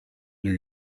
new